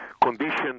conditions